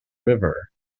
river